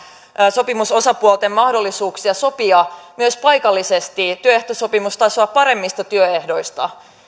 sopimusosapuolten mahdollisuuksia sopia myös paikallisesti työehtosopimustasoa paremmista työehdoista